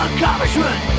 Accomplishment